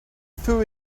threw